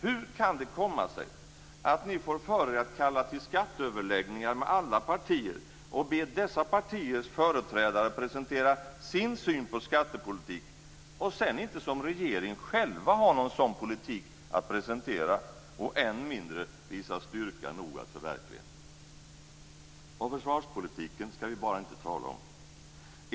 Hur kan det komma sig att ni får för er att kalla till skatteöverläggningar med alla partier och be dessa partiers företrädare presentera deras syn på skattepolitik, för att sedan som regering inte själv ha någon sådan politik att presentera och än mindre ha styrka nog att förverkliga? Försvarspolitiken skall vi bara inte tala om!